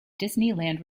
disneyland